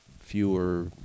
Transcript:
fewer